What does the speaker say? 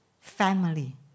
family